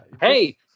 Hey